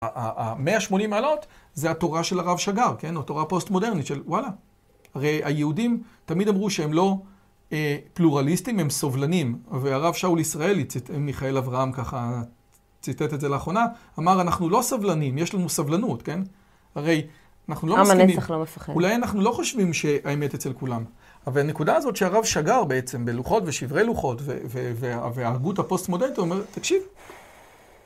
המאה השמונים מעלות, זה התורה של הרב שגר, כן? התורה הפוסט-מודרנית של וואלה. הרי היהודים תמיד אמרו שהם לא פלורליסטים, הם סובלנים. והרב שאול ישראלי, מיכאל אברהם ככה ציטט את זה לאחרונה, אמר, אנחנו לא סבלנים, יש לנו סבלנות, כן? הרי אנחנו לא מסכימים. עם הנצח לא מפחד. אולי אנחנו לא חושבים שהאמת אצל כולם. אבל הנקודה הזאת שהרב שגר בעצם בלוחות ושברי לוחות וההגות הפוסט-מודרנית, הוא אומר, תקשיב.